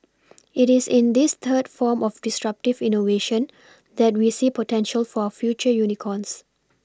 it is in this third form of disruptive innovation that we see potential for future unicorns